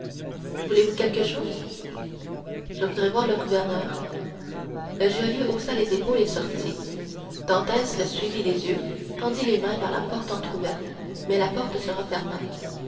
voulez-vous quelque chose je voudrais voir le gouverneur le geôlier haussa les épaules et sortit dantès le suivit des yeux tendit les mains vers la porte entrouverte mais la porte se referma